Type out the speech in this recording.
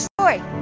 story